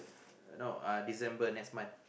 no uh December next month